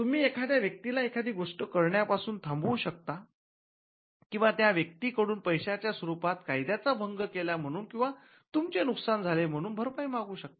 तुम्ही एखाद्या व्यक्तीला एखादी गोष्ट करण्यापासून थांबवू शकता किंवा त्या व्यक्ती कडून पैशांच्या स्वरूपात कायद्याचा भंग केला म्हणून आणि तुमचे नुकसान झाले म्हणून भरपाई मागू शकता